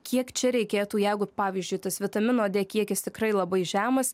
kiek čia reikėtų jeigu pavyzdžiui tas vitamino d kiekis tikrai labai žemas